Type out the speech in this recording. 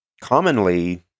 Commonly